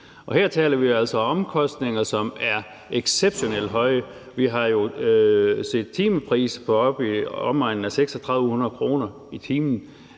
Her taler vi altså om omkostninger, som er exceptionelt høje. Vi har jo set timepriser i omegnen af 3.600 kr., fordi